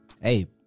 hey